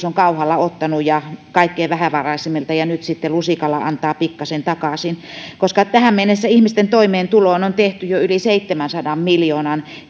on kauhalla ottanut kaikkein vähävaraisimmilta ja nyt sitten lusikalla antaa pikkaisen takaisin tähän mennessä ihmisten toimeentuloon on tehty jo yli seitsemänsadan miljoonan